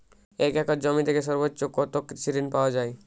এক একর জমি থেকে সর্বোচ্চ কত কৃষিঋণ পাওয়া য়ায়?